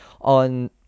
on